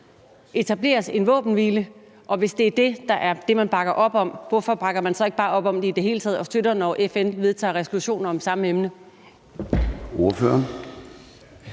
etableres en våbenhvile? Og hvis det er det, man bakker op om, hvorfor bakker man så ikke bare op om det i det hele taget og støtter, når FN vedtager resolutioner om samme emne?